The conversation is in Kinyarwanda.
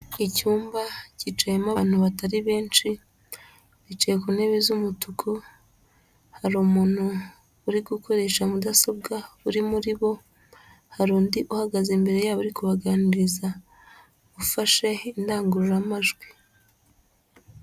Icyumba cyicayemo abantu batari benshi, bicaye ku ntebe z'umutuku, hari umuntu uri gukoresha mudasobwa uri muri bo, hari undi uhagaze imbere yabo ari kubaganiriza ufashe indangururamajwi.